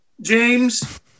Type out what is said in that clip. James